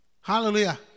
Hallelujah